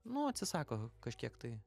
nu atsisako kažkiek tai